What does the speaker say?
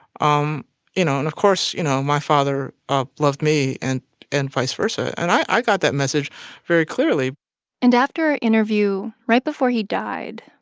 um you know. and, of course, you know, my father ah loved me and and vice versa, and i got that message very clearly and after our interview, right before he died,